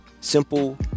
Simple